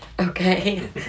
okay